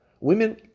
Women